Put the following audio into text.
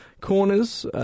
corners